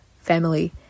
family